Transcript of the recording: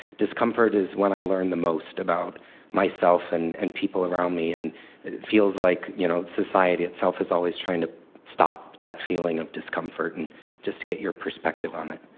discomfort is when i learn the most about myself and and people around me, and feels like you know society itself is always trying to stop that feeling of discomfort. and just to get your perspective on it